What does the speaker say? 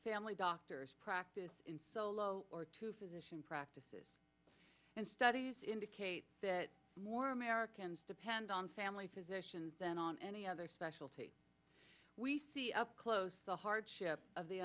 family doctors practice in solo or two physician practices and studies indicate that more americans depend on family physicians than on any other specialty we see up close the hardship of the